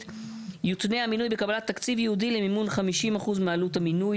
- יותנה המינוי בקבלת תקציב ייעודי למימן 50% מעלות המינוי,